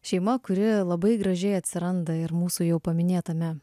šeima kuri labai gražiai atsiranda ir mūsų jau paminėtame